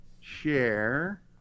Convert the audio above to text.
Share